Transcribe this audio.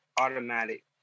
automatic